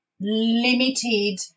limited